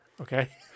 Okay